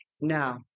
now